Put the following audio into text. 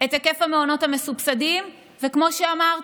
את היקף המעונות המסובסדים, וכמו שאמרתי,